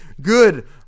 good